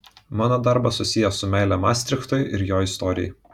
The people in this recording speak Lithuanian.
mano darbas susijęs su meile mastrichtui ir jo istorijai